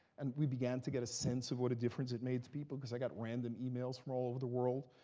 and we began to get a sense of what a difference it made to people, because i got random emails from all over the world.